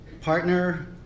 partner